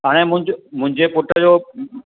हाणे मुंज मुंहिंजे पुट जो